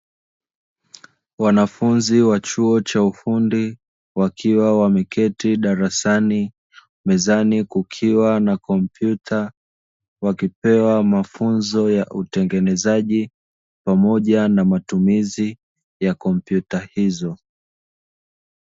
Wanafunzi wa chuo cha ufundi wakiwa wameketi darasani, mezani kukiwa na kompyuta wakipewa mafunzo ya utengenezaji, pamoja na matumizi ya kompyuta hizo.